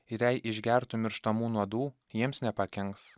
ir jei išgertų mirštamų nuodų jiems nepakenks